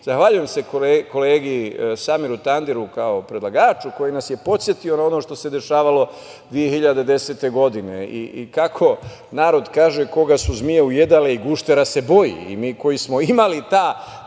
proces. Zahvaljujem se kolegi Samiru Tandiru kao predlagaču, koji nas je podsetio na ono što se dešavalo 2010. godine. Kako narod kaže - koga su zmije ujedale i guštera se boji. Mi koji smo imali tako